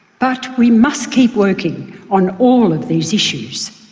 but we must keep working on all of these issues.